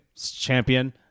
champion